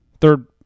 Third